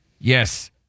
Yes